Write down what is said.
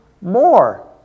More